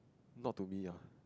not to me ah